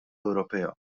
ewropea